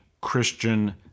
Christian